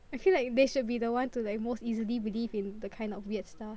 I feel like they should be the one to like most easily believe in the kind of weird stuff